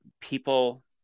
people